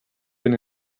been